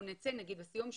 בסיוע משפטי,